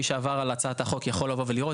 מי שעבר על הצעת החוק יכול לבוא ולראות.